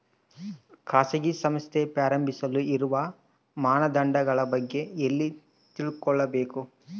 ಖಾಸಗಿ ಸಂಸ್ಥೆ ಪ್ರಾರಂಭಿಸಲು ಇರುವ ಮಾನದಂಡಗಳ ಬಗ್ಗೆ ಎಲ್ಲಿ ತಿಳ್ಕೊಬೇಕು?